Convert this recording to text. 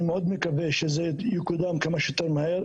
אני מאוד מקווה שזה יקודם כמה שיותר מהר.